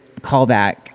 callback